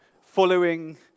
following